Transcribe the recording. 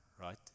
right